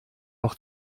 auch